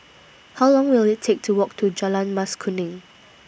How Long Will IT Take to Walk to Jalan Mas Kuning